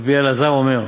רבי אלעזר אומר,